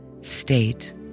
state